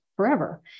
Forever